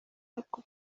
ako